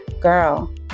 girl